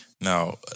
Now